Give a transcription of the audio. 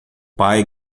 pai